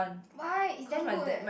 why it's damn good